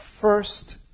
first